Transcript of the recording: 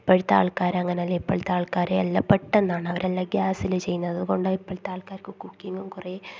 ഇപ്പോഴത്തെ ആൾക്കാർ അങ്ങനല്ല ഇപ്പോഴത്തെ ആൾക്കാരെ എല്ലാ പെട്ടന്നാണ് അവരെല്ലാം ഗ്യാസിൽ ചെയ്യുന്നത് അത്കൊണ്ടാണ് ഇപ്പോഴത്തെ ആൾക്കാർക്ക് കുക്കിങും കുറെ